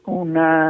una